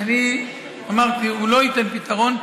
אני אמרתי שהוא לא ייתן פתרון,